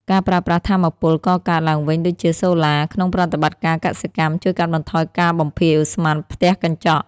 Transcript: ការប្រើប្រាស់ថាមពលកកើតឡើងវិញដូចជាសូឡា ក្នុងប្រតិបត្តិការកសិកម្ម ជួយកាត់បន្ថយការបំភាយឧស្ម័នផ្ទះកញ្ចក់។